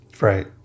Right